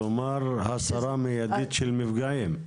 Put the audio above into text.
כלומר, הסרה מיידית של המפגעים?